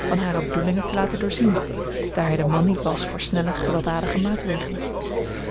van hare bedoelingen te laten doorzien daar hij de man niet was voor snelle gewelddadige maatregelen